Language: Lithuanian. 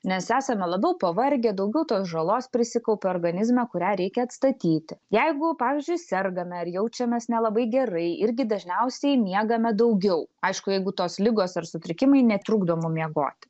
nes esame labiau pavargę daugiau tos žalos prisikaupia organizmo kurią reikia atstatyti jeigu pavyzdžiui sergame ar jaučiamės nelabai gerai irgi dažniausiai miegame daugiau aišku jeigu tos ligos ar sutrikimai netrukdo mum miegot